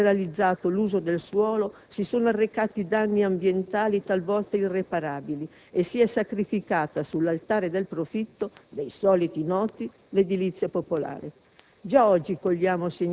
Ogni qual volta si è liberalizzato l'uso del suolo si sono arrecati danni ambientali talvolta irreparabili e si è sacrificata sull'altare del profitto dei soliti noti l'edilizia popolare.